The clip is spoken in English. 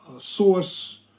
source